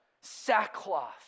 sackcloth